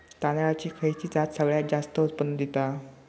तांदळाची खयची जात सगळयात जास्त उत्पन्न दिता?